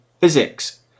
physics